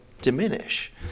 diminish